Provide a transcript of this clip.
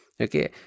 Okay